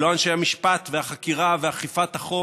לא אנשי המשפט והחקירה ואכיפת החוק